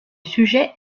sujet